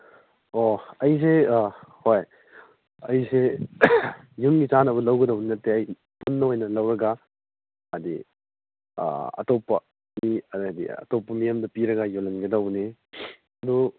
ꯑꯣ ꯑꯩꯁꯦ ꯍꯣꯏ ꯑꯩꯁꯦ ꯌꯨꯝꯒꯤ ꯆꯥꯅꯕ ꯂꯧꯒꯗꯕꯗꯤ ꯅꯠꯇꯦ ꯑꯩ ꯄꯨꯟꯅ ꯑꯣꯏꯅ ꯂꯧꯔꯒ ꯍꯥꯏꯗꯤ ꯑꯇꯣꯞꯄ ꯃꯤ ꯑꯗꯒꯤ ꯑꯇꯣꯞꯄ ꯃꯤ ꯑꯃꯗ ꯄꯤꯔꯤ ꯌꯣꯜꯍꯟꯒꯗꯕꯅꯤ ꯑꯗꯨ